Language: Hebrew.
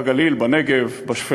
בגליל, בנגב, בשפלה,